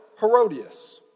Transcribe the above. Herodias